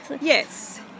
yes